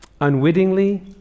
Unwittingly